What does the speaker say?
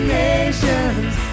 nations